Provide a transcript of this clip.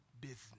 business